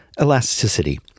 elasticity